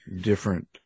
different